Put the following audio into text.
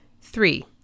Three